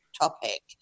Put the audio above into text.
topic